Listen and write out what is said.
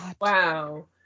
Wow